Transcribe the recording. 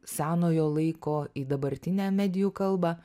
senojo laiko į dabartinę medijų kalbą